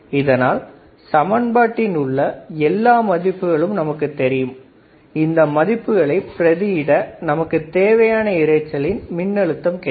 இதனால் சமன்பாட்டில் உள்ள எல்லா மதிப்புகளும் நமக்கு தெரியும் இந்த மதிப்புகளை பிரதி இட நமக்குத் தேவையான இரைச்சலின் மின்னழுத்தம் கிடைக்கும்